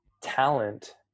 Talent